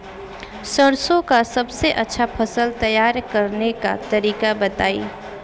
सरसों का सबसे अच्छा फसल तैयार करने का तरीका बताई